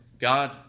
God